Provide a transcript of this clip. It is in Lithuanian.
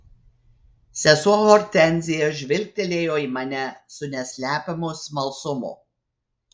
sesuo hortenzija žvilgtelėjo į mane su neslepiamu smalsumu